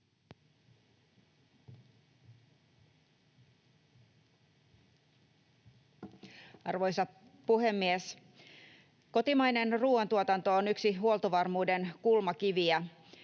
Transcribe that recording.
Arvoisa puhemies! Kotimainen ruoantuotanto on yksi huoltovarmuuden kulmakiviä.